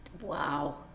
Wow